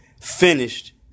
finished